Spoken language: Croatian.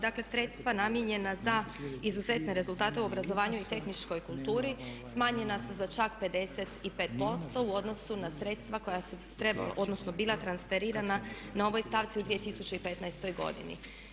Dakle, sredstva namijenjena za izuzetne rezultate u obrazovanju i tehničkoj kulturi smanjena su za čak 55% u odnosu na sredstva koja su, odnosno bila transferirana na ovoj stavci u 2015. godini.